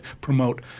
promote